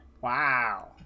wow